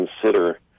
consider